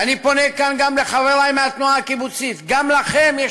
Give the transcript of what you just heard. ואני פונה כאן גם לחברי מהתנועה הקיבוצית: גם לכם יש